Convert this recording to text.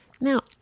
Now